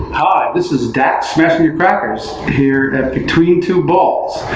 hi this is dak smashinyercrackers here at between two balls.